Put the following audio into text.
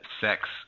sex